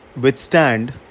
withstand